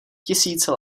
tisíce